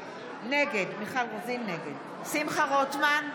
נגד שמחה רוטמן,